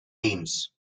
teams